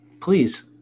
please